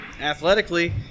athletically